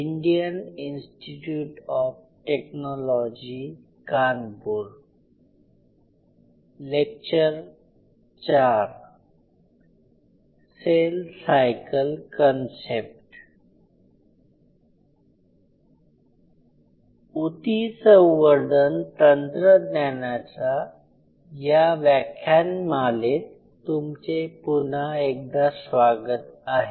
उती संवर्धन तंत्रज्ञानाच्या या व्याख्यानमालेत तुमचे पुन्हा एकदा स्वागत आहे